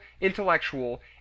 intellectual